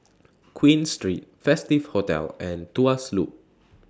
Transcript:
Queen Street Festive Hotel and Tuas Loop